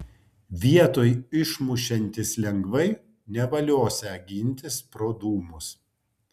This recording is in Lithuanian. vietoj išmušiantis lengvai nevaliosią gintis pro dūmus